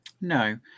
No